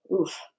oof